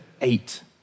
eight